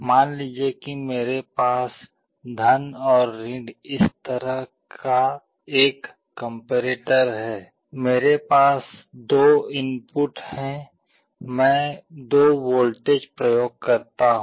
मान लीजिए कि मेरे पास और इस तरह का एक कम्पेरेटर है मेरे पास दो इनपुट हैं मैं दो वोल्टेज प्रयोग करता हूं